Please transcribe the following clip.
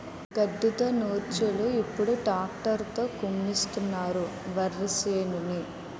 గడ్డతో నూర్చోలు ఇప్పుడు ట్రాక్టర్ తో కుమ్మిస్తున్నారు వరిసేనుని